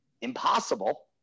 impossible